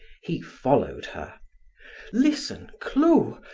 he followed her listen clo,